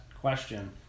question